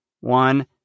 one